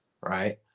right